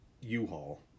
U-Haul